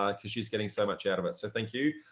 um because she's getting so much out of it. so thank you!